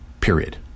period